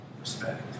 respect